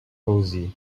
cosy